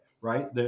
right